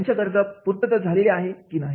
त्यांच्या गरजांची पूर्तता झालेले आहे की नाही